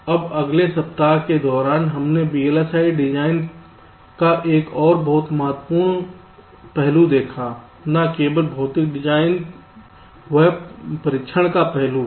अब अगले सप्ताह के दौरान हमने VLSI डिजाइन का एक और बहुत ही महत्वपूर्ण पहलू देखा न केवल भौतिक डिजाइन यह परीक्षण का पहलू है